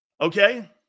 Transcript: Okay